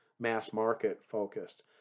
mass-market-focused